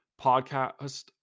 podcast